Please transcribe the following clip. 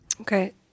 Okay